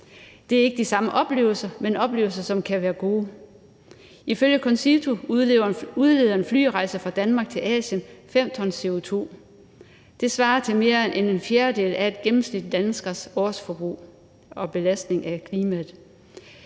Det er ikke de samme oplevelser, men oplevelser, som kan være gode. Ifølge CONCITO udleder en flyrejse fra Danmark til Asien 5 t CO2. Det svarer til mere end en fjerdedel af en gennemsnitsdanskers årsudledning og belastning af klimaet.